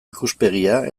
ikuspegia